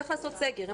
צריך לעשות סגר.